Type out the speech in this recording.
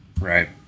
right